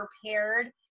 prepared